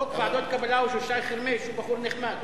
חוק ועדות קבלה של שי חרמש הוא פחות נחמד,